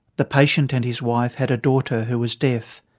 the patient and his wife had a daughter who was deaf.